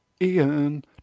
Ian